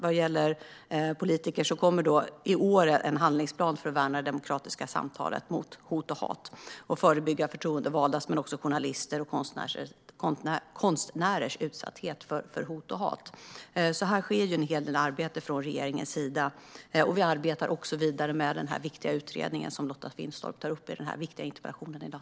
Vad gäller politiker kommer i år en handlingsplan för att värna det demokratiska samtalet mot hot och hat och förebygga förtroendevaldas, men även journalisters och konstnärers, utsatthet när det gäller hot och hat. Här sker alltså en hel del arbete från regeringens sida, och vi arbetar också vidare med den viktiga utredning som Lotta Finstorp tar upp i sin viktiga interpellation i dag.